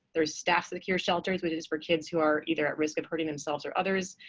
there are staff-secure shelters, which is for kids who are either at risk of hurting themselves or others.